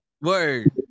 Word